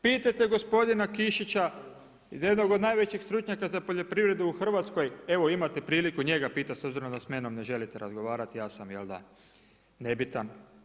Pitajte gospodina Kišića, jednog od najvećeg stručnjaka za poljoprivredu u Hrvatskoj, evo imate priliku njega pitati s obzirom da s menom ne želite razgovarati ja sam, jel' da nebitan.